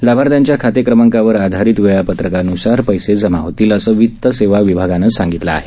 लाभार्थ्यांच्या खातेक्रमांकावर आधारित वेळापत्रकान्सार पैसे जमा होतील असं वित सेवा विभागाने सांगितलं आहे